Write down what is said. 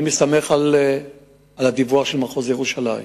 אני מסתמך על הדיווח של מחוז ירושלים.